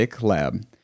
LAB